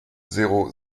zéro